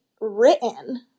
written